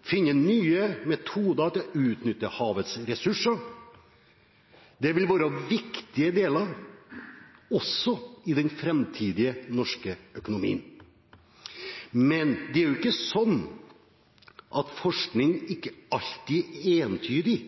finne nye metoder til å utnytte havets ressurser. Det vil være viktige deler, også i den framtidige norske økonomien. Men det er ikke sånn at forskning alltid er entydig,